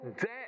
debt